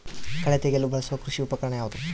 ಕಳೆ ತೆಗೆಯಲು ಬಳಸುವ ಕೃಷಿ ಉಪಕರಣ ಯಾವುದು?